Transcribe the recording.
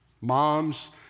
Moms